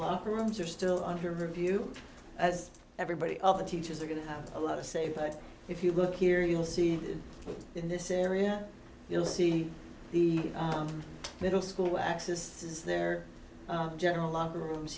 locker rooms are still under review as everybody of the teachers are going to have a lot of say but if you look here you'll see in this area you'll see the middle school axis is their general locker rooms